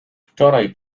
wczoraj